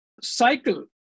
cycle